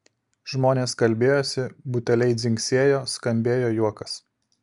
žmonės kalbėjosi buteliai dzingsėjo skambėjo juokas